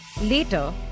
later